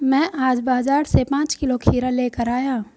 मैं आज बाजार से पांच किलो खीरा लेकर आया